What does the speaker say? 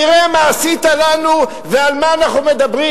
תראה מה עשית לנו ועל מה אנחנו מדברים.